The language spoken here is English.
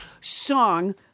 song